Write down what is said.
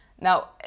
Now